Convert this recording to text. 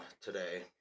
today